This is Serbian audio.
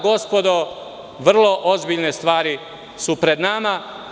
Gospodo, vrlo ozbiljne stvari su pred nama.